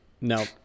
no